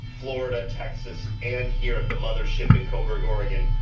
florida, texas, and here at the mothership in coburg, oregon,